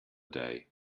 day